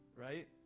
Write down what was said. right